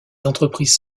entreprises